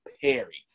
Perry